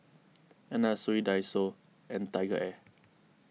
Anna Sui Daiso and TigerAir